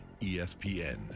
ESPN